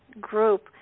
group